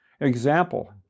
Example